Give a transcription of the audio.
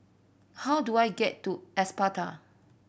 how do I get to Espada